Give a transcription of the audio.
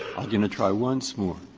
i'm going to try once more.